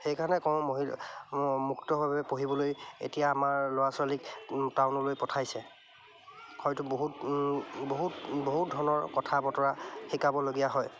সেইকাৰণে কওঁ মহিলা মুক্তভাৱে পঢ়িবলৈ এতিয়া আমাৰ ল'ৰা ছোৱালীক টাউনলৈ পঠাইছে হয়টো বহুত বহুত বহুত ধৰণৰ কথা বতৰা শিকাবলগীয়া হয়